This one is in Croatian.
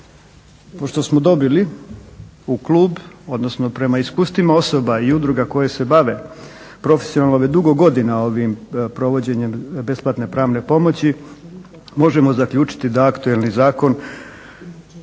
što smo dobili u klub, odnosno prema iskustvima osoba i udruga koje se bave profesionalno već dugo godina ovim provođenjem besplatne pravne pomoći, možemo zaključiti da aktualni zakon